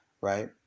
Right